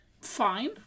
Fine